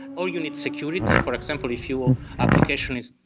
or you need security, for example if your application is